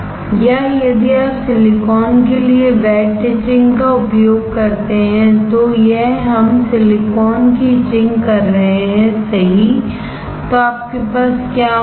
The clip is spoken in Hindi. या यदि आप सिलिकॉन के लिए वेट इचिंग का उपयोग करते हैं तो यह हम सिलिकॉन की इचिंग कर रहे हैंसही तो आपके पास क्या होगा